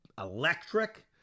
electric